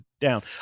down